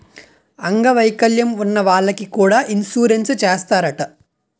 అంగ వైకల్యం ఉన్న వాళ్లకి కూడా ఇన్సురెన్సు చేస్తారట